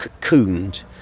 cocooned